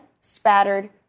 spattered